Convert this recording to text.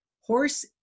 horse